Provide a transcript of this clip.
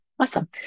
Awesome